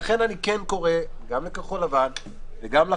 לכן אני קורא גם לכחול לבן וגם לכם.